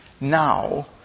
now